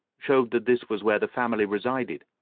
showed that this was where the family resided.